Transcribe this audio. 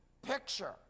picture